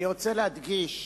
אני רוצה להדגיש